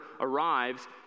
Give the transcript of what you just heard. arrives